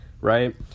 right